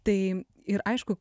tai ir aišku